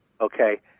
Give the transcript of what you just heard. Okay